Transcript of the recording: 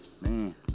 man